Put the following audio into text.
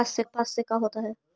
कपास से का होता है?